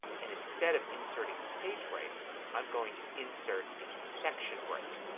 and instead of inserting page break i'm going to insert a section break.